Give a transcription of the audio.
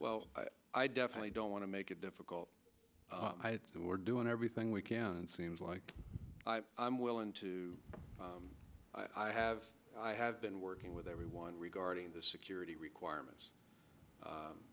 well i definitely don't want to make it difficult or doing everything we can and seems like i'm willing to i have i have been working with everyone regarding the security requirements